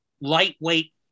lightweight